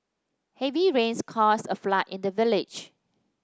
heavy rains caused a flood in the village